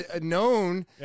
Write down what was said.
known